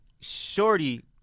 shorty